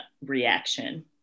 reaction